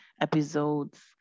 episodes